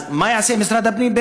אז מה יעשה משרד הפנים,